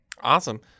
Awesome